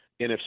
NFC